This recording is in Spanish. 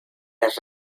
las